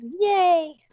yay